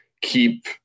keep